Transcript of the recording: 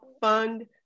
fund